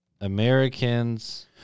Americans